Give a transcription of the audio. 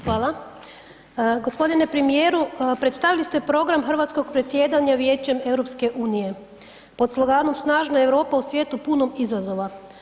Hvala. g. Premijeru predstavili ste program hrvatskog predsjedanja Vijećem EU pod sloganom „Snažna Europa u svijetu punom izazova“